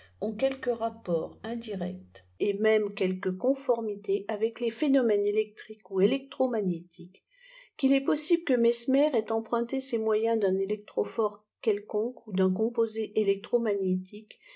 ont quelque rapport indirect et même quelque conformité avec les phçnomè nes électriques ou électro magnétiques qu'il est possible que mesmer ait emprunté ces moyens d'un èlectrophore quelconque ou d'un composé électro magnétique